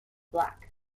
black